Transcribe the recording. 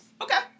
Okay